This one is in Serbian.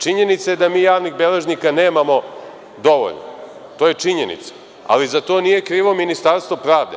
Činjenica je da mi javnih beležnika nemamo dovoljno to je činjenica, ali za to nije krivo Ministarstvo pravde.